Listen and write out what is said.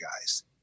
guys